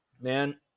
man